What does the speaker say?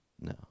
no